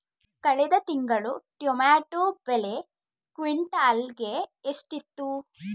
ಕಳೆದ ತಿಂಗಳು ಟೊಮ್ಯಾಟೋ ಬೆಲೆ ಕ್ವಿಂಟಾಲ್ ಗೆ ಎಷ್ಟಿತ್ತು?